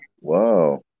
Wow